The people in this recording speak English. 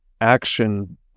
action